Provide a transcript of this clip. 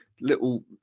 little